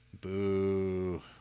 Boo